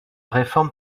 réforme